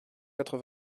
quatre